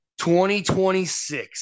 2026